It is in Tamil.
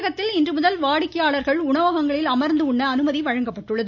தமிழகத்தில் இன்று முதல் வாடிக்கையாளர்கள் உணவகங்களில் அமர்ந்து உண்ண அனுமதி வழங்கப்பட்டுள்ளது